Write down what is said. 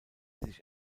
sich